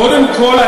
קודם כול,